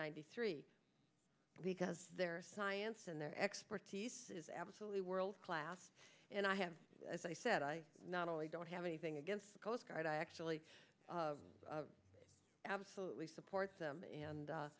ninety three because their science and their expertise is absolutely world class and i have as i said i not only don't have anything against the coast guard i actually absolutely support them and